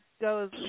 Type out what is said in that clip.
goes